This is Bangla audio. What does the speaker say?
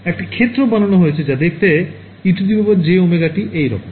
একটা ক্ষেত্র বানানো হয়েছে যা দেখতে ejωt এই রকম